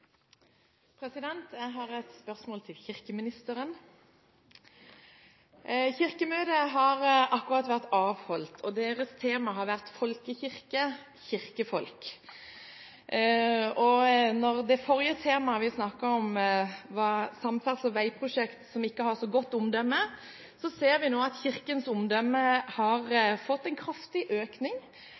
hovedspørsmål. Jeg har et spørsmål til kirkeministeren. Kirkemøtet har akkurat vært avholdt, og dets tema har vært: «Folkekirke – Kirkefolk». I forbindelse med at det forrige temaet vi snakket om, samferdsel og veiprosjekter, ikke har så godt omdømme, ser vi nå at Kirkens omdømme har blitt kraftig